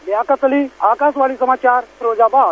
लियाकत अली आकाशवाणी समाचार फिराजाबाद